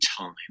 time